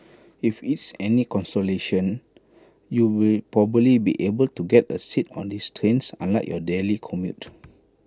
if it's any consolation you'll probably be able to get A seat on these trains unlike your daily commute